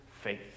faith